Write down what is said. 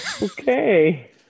Okay